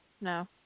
no